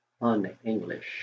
un-English